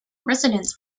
residence